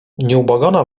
nieubłagana